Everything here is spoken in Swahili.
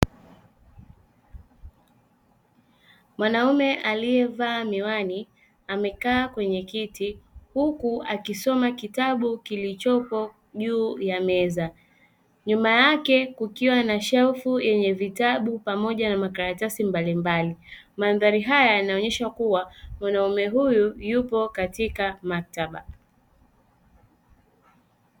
Mwanaume aliyevaa miwani amekaa kwenye kiti huku akisoma kitabu kilichopo juu ya meza, nyuma yake kukiwa na shelfu yenye vitabu pamoja na makaratasi mbalimbali. Mandhari hayo yanaonyesha kuwa mwanaume huyu yupo katika maktaba.